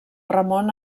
ramon